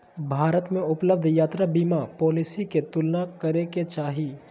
भारत में उपलब्ध यात्रा बीमा पॉलिसी के तुलना करे के चाही